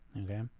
Okay